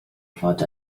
fod